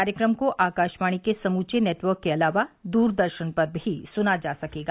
कार्यक्रम को आकाशवाणी के समूचे नेटवर्क के अलावा द्रदर्शन पर भी सुना जा सकेगा